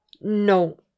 No